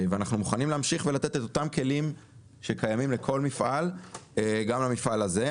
אנחנו מוכנים להמשיך ולתת את אותם כלים שקיימים לכל מפעל גם למפעל הזה.